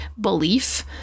belief